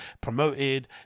promoted